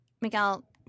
Miguel